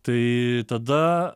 tai tada